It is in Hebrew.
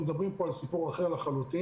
אנחנו מדברים על משהו אחר לחלוטין.